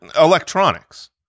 Electronics